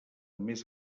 més